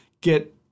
get